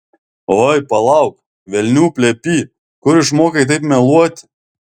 oi palauk velnių plepy kur išmokai taip meluoti